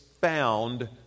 found